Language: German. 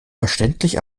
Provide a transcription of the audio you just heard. verständlich